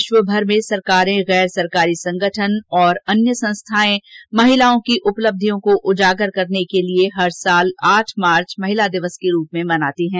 विश्वभर में सरकारें गैर सरकारी संगठन और अन्य संस्थाएं महिलाओं की उपलब्धियों को उजागर करने के लिए प्रत्येक वर्ष आठ मार्च महिला दिवस के रूप में मनाती हैं